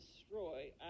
destroy